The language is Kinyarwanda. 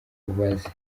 ubaze